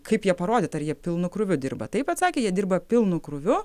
kaip jie parodyt ar jie pilnu krūviu dirba taip atsakė jie dirba pilnu krūviu